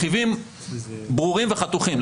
רכיבים ברורים וחתוכים.